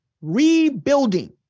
rebuilding